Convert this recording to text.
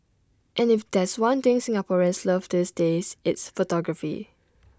and if there's one thing Singaporeans love these days it's photography